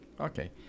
Okay